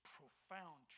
profound